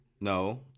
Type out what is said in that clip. No